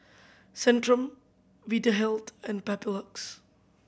Centrum Vitahealth and Papulex